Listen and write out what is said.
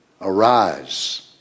Arise